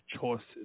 choices